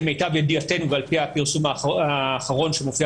למיטב ידיעתנו ולפי הפרסום האחרון שמופיע